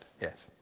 Yes